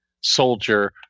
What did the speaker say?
Soldier